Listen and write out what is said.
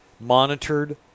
monitored